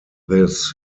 this